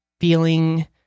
feeling